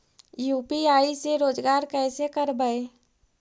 UPI से रोजगार कैसे करबय?